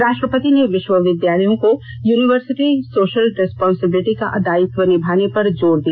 राष्ट्रपति ने विष्वविद्यालयों को यूनिवर्सिटी सोषल रिसपांसब्लिटी का दायित्व निभाने पर जोर दिया